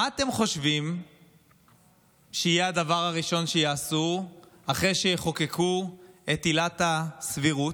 מה אתם חושבים שיהיה הדבר הראשון שיעשו אחרי שיחוקקו את עילת הסבירות?